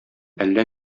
әллә